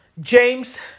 James